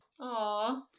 Aw